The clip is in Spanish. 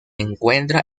encuentra